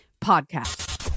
podcast